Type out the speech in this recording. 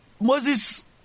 Moses